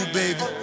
baby